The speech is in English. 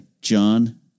John